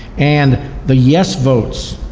and the yes votes,